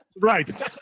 right